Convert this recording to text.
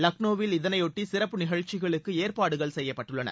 லக்னோவில் இதனையொட்டி சிறப்பு நிகழ்ச்சிகளுக்கு ஏற்பாடுகள் செய்யப்பட்டுள்ளன